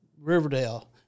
Riverdale